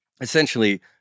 essentially